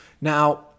Now